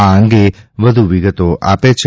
આ અંગે વધુ વિગતો આપે છે